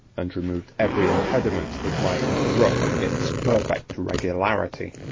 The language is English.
and removed every impediment that might interrupt its perfect regularity.